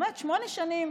באמת שמונה שנים